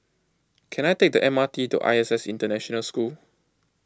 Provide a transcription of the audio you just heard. can I take the M R T to I S S International School